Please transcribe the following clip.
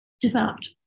developed